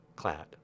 Clad